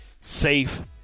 safe